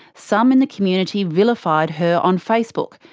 some in the community vilified her on facebook,